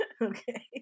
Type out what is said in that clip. okay